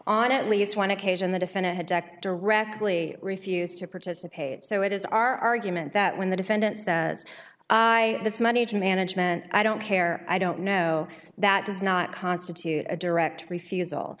on at least one occasion the defendant had checked directly refused to participate so it is our argument that when the defendant says i this money management i don't care i don't know that does not constitute a direct refusal